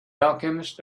alchemist